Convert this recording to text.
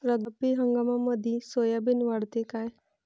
रब्बी हंगामामंदी सोयाबीन वाढते काय?